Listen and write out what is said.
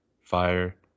fire